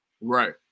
right